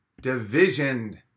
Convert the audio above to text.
Division